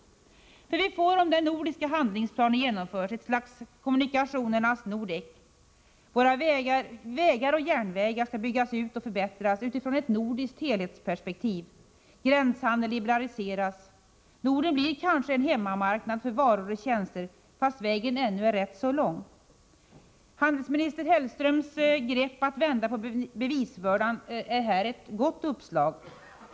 Vi får, om den nordiska handlingsplanen genomförs, ett slags kommunikationernas Nordek. Vägar och järnvägar skall byggas ut och förbättras utifrån ett nordiskt helhetsperspektiv. Gränshandeln liberaliseras, och Norden blir kanske en hemmamarknad för varor och tjänster fast vägen ännu är rätt så lång. Utrikeshandelsminister Hellströms grepp att vända på bevisbördan är därvid ett gott uppslag.